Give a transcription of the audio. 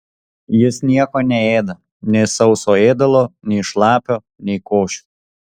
jis nieko neėda nei sauso ėdalo nei šlapio nei košių